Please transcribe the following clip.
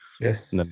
yes